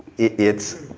it's